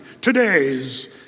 today's